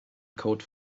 code